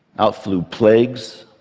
out flew plagues,